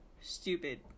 stupid